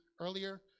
earlier